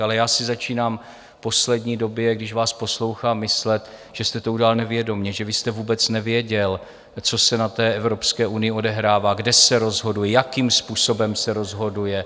Ale já si začínám v poslední době, když vás poslouchám, myslet, že jste to udělal nevědomě, že vy jste vůbec nevěděl, co se na té Evropské unii odehrává, kde se rozhoduje, jakým způsobem se rozhoduje.